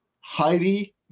Heidi